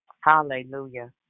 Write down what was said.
Hallelujah